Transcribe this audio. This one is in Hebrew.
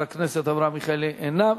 חבר הכנסת אברהם מיכאלי, אינו.